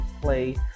play